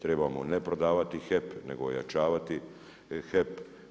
Trebamo ne prodavati HEP, nego ojačavati HEP.